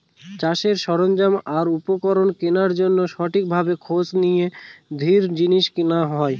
চাষের সরঞ্জাম আর উপকরণ কেনার জন্য ঠিক ভাবে খোঁজ নিয়ে দৃঢ় জিনিস কেনা হয়